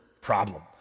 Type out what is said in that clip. problem